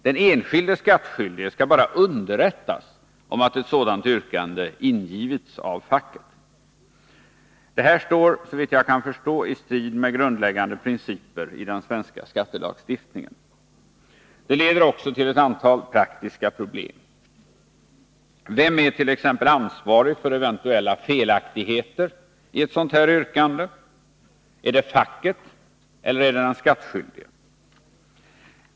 Den enskilde skattskyldige skall bara underrättas om att ett sådant yrkande ingivits av facket. Detta står, såvitt jag kan förstå, i strid med grundläggande principer i den svenska skattelagstiftningen. Det leder också till ett antal praktiska problem. Vem är t.ex. ansvarig för eventuella felaktigheter i ett sådant yrkande? Är det facket eller den skattskyldige?